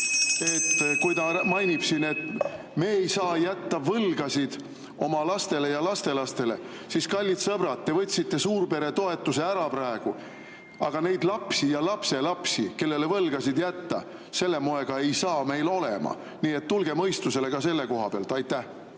Kui ta mainib siin, et me ei saa jätta võlgasid oma lastele ja lastelastele, siis kallid sõbrad – te võtsite suurperetoetuse praegu ära, aga neid lapsi ja lapselapsi, kellele võlgasid jätta, ei saa meil selle moega olema, nii et tulge mõistusele ka selle koha pealt. Jah.